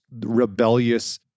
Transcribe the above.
rebellious